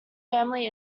family